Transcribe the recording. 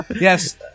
Yes